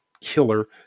killer